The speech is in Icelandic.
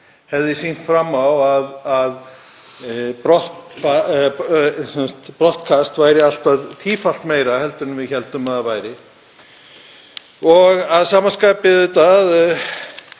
hefði sýnt fram á að brottkast væri allt að tífalt meira en við héldum að það væri en að sama skapi,